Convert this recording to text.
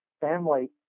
family